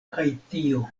haitio